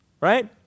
Right